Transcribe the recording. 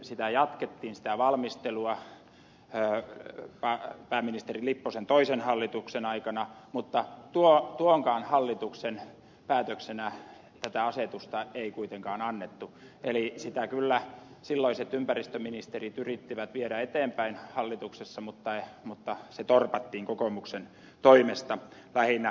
sitä valmistelua jatkettiin myöskin pääministeri lipposen toisen hallituksen aikana mutta tuonkaan hallituksen päätöksenä tätä asetusta ei kuitenkaan annettu eli sitä kyllä silloiset ympäristöministerit yrittivät viedä eteenpäin hallituksessa mutta se torpattiin kokoomuksen toimesta lähinnä